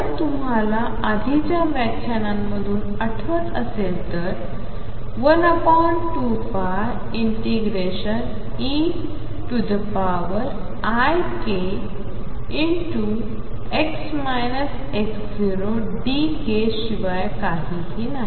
जर तुम्हाला आधीच्या व्याख्यानांमधून आठवत असेल तर 12π∫eikdk शिवाय काही नाही